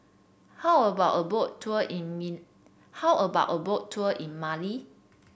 how about a Boat Tour in Mali